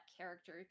character